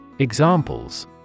Examples